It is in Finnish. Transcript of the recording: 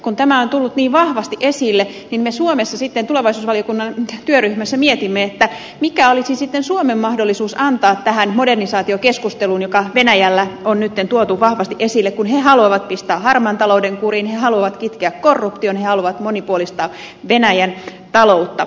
kun tämä on tullut niin vahvasti esille niin me suomessa tulevaisuusvaliokunnan työryhmässä mietimme mikä olisi sitten suomen mahdollisuus antaa tähän modernisaatiokeskusteluun joka venäjällä on nyt tuotu vahvasti esille kun he haluavat pistää harmaan talouden kuriin he haluavat kitkeä korruption he haluavat monipuolistaa venäjän taloutta